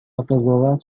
قضاوت